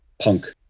punk